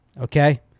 Okay